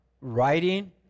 writing